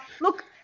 look